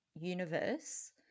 universe